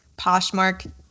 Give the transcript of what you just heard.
Poshmark